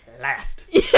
last